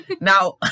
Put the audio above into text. Now